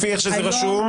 לפי איך שזה רשום,